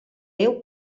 déu